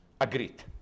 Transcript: agreed